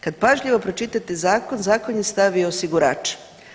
Kad pažljivo pročitate zakon, zakon je stavio osigurač.